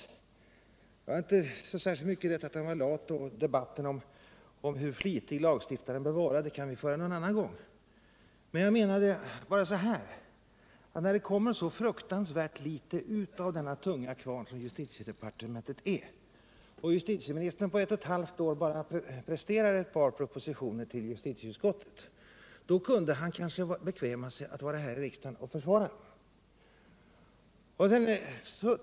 Det gällde inte så särskilt mycket att han var lat — debatten om hur flitig lagstiftaren bör vara kan vi föra någon annan gång. Jag menade bara att när det kommer så fruktansvärt litet ut ur den tunga kvarn som justitiedepartementet är och justitieministern på ett och ett halvt år bara presterar ett par propositioner till justitieutskottet, kunde han kanske bekväma sig att vara här i riksdagen och försvara dem.